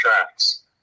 tracks